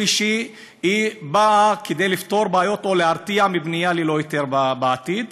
או שהיא באה כדי לפתור בעיות או להרתיע מבנייה ללא היתר בעתיד?